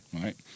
right